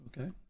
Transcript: Okay